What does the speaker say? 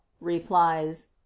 replies